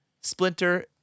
Splinter